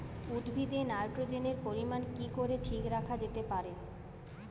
উদ্ভিদে নাইট্রোজেনের পরিমাণ কি করে ঠিক রাখা যেতে পারে?